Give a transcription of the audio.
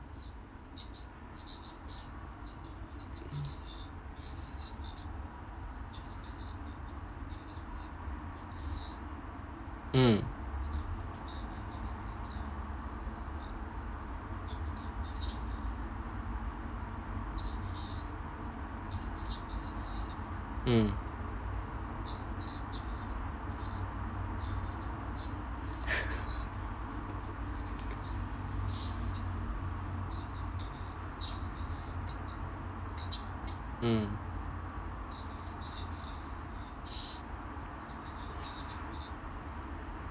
mm mm mm